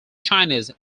chinese